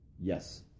Yes